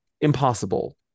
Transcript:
impossible